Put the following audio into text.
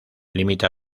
limita